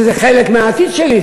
שזה חלק מהעתיד שלי.